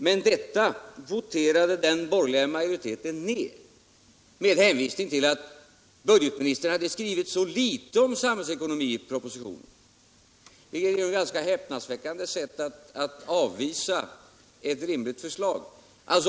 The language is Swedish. Men detta voterade den borgerliga majoriteten ner med hänvisning till att budgetministern hade skrivit så litet om samhällsekonomin i propositionen. Det är ju ett ganska häpnadsväckande sätt att avvisa ett rimligt förslag.